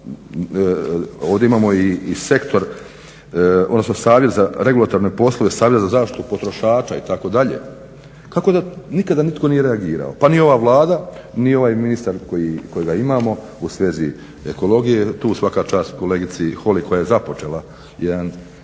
ovdje imamo i sektor, odnosno savjet za regulatorne poslove, savjet za zaštitu potrošača itd. kako da nikada nitko nije reagirao, pa ni ova Vlada, ni ovaj ministar kojega imao u svezi ekologije. Tu svaka čast kolegici Holy koja je započela jedan